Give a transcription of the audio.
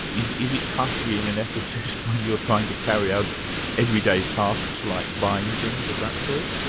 is is it tough being an ethicist when you're trying to carry out everyday tasks like buying things of that sort?